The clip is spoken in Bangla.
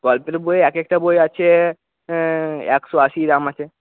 গল্পের বই এক একটা বই আছে একশো আশি দাম আছে